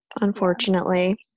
unfortunately